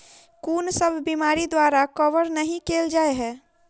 कुन सब बीमारि द्वारा कवर नहि केल जाय है?